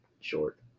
short